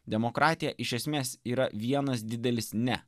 demokratija iš esmės yra vienas didelis ne